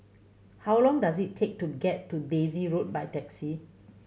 how long does it take to get to Daisy Road by taxi